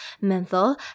menthol